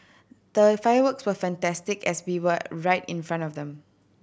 the fireworks were fantastic as we were right in front of them